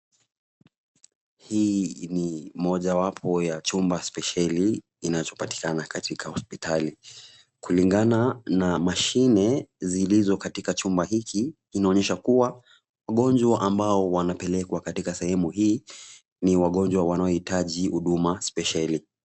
Hii ni mojawapo ya chumba spesheli inachopatikana katika hospitali kulingana na mashine zilizo katika chumba hiki kinaonyesha kuwa wagonjwa ambao wanapelekwa sehemu hii ni wagonjwa wanaohitaji huduma spesheli.